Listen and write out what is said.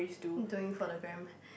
doing for the gram